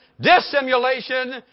dissimulation